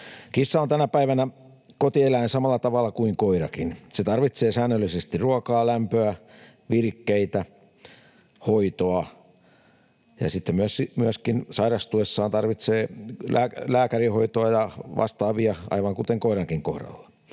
Kissa on tänä päivänä kotieläin samalla tavalla kuin koirakin. Se tarvitsee säännöllisesti ruokaa, lämpöä, virikkeitä, hoitoa ja sairastuessaan myöskin lääkärinhoitoa ja vastaavaa, aivan kuten on koirankin kohdalla.